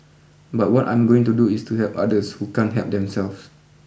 but what I'm going to do is to help others who can't help themselves